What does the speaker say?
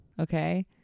okay